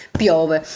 piove